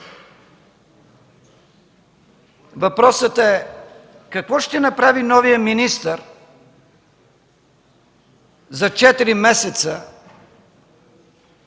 Въпросът е: какво ще направи новият министър за четири